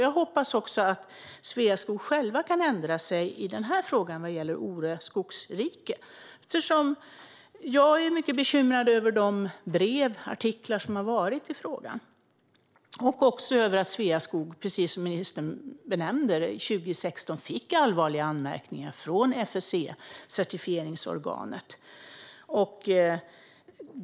Jag hoppas också att Sveaskog själva kan ändra sig i frågan om Ore skogsrike, eftersom jag är mycket bekymrad över de brev och artiklar som har skrivits i frågan och också över att Sveaskog, precis som ministern nämner, 2016 fick allvarliga anmärkningar från FSC-certifieringsorganet.